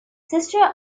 sister